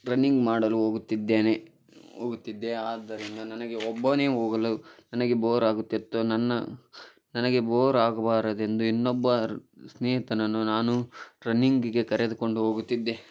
running ಮಾಡಲು ಹೋಗುತ್ತಿದ್ದೇನೆ ಹೋಗುತ್ತಿದ್ದೆ ಆದ್ದರಿಂದ ನನಗೆ ಒಬ್ಬನೇ ಹೋಗಲು ನನಗೆ ಬೋರಾಗುತ್ತಿತ್ತು ನನ್ನ ನನಗೆ ಬೋರಾಗಬಾರದೆಂದು ಇನ್ನೊಬ್ಬರು ಸ್ನೇಹಿತನನ್ನು ನಾನು ರನ್ನಿಂಗಿಗೆ ಕರೆದುಕೊಂಡು ಹೋಗುತ್ತಿದ್ದೆ